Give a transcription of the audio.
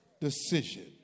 decision